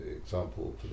example